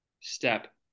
step